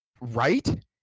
right